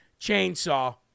Chainsaw